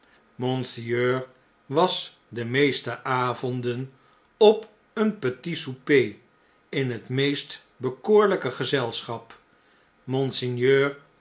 monseigneur was de meeste avonden op een p e t i t s o u p e r in het meest bekoorlijke gezelschap monseigneur